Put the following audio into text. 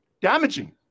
damaging